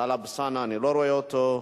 טלב אלסאנע, אני לא רואה אותו.